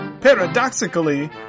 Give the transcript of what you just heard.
Paradoxically